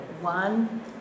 one